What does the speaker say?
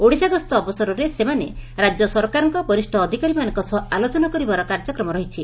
ଓଡିଶା ଗସ୍ତ ଅବସରରେ ସେମାନେ ରାଜ୍ୟ ସରକାରଙ୍କ ବରିଷ ଅଧିକାରୀମାନଙ୍କ ସହ ଆଲୋଚନା କରିବାର କାର୍ଯ୍ୟକ୍ମ ରହିଛି